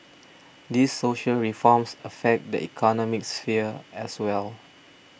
these social reforms affect the economic sphere as well